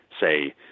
say